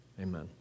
Amen